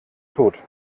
tot